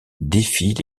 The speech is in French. défient